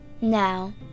Now